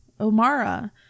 Omara